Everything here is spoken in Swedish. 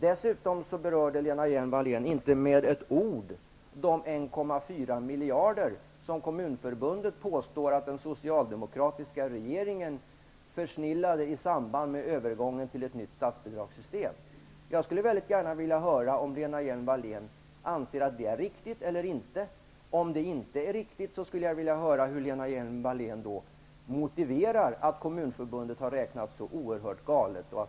Dessutom berörde Lena Hjelm-Wallén inte med ett ord de 1,4 miljarder kronor som Kommunförbundet påstår att den socialdemokratiska regeringen försnillade i samband med övergången till ett nytt statsbidragssystem. Jag skulle vilja höra om Lena Hjelm-Wallén anser att det är riktigt eller inte. Om det inte är riktigt skulle jag vilja höra hur Lena Hjelm-Wallén motiverar att Kommunförbundet har räknat så oerhört galet.